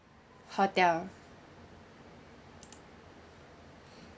hotel